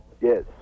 Yes